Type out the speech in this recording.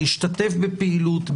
להשתתף בפעילות,